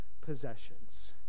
possessions